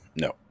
no